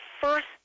first